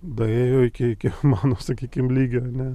daėjo iki iki mano sakykim lygio ane